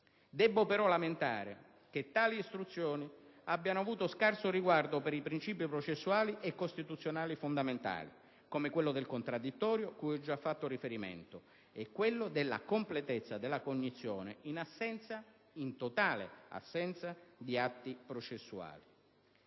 Debbo però lamentare che tali istruzioni hanno avuto scarso riguardo per i princìpi processuali e costituzionali fondamentali, come quello del contraddittorio, cui ho già fatto riferimento, e quello della completezza della cognizione, in totale assenza di atti processuali.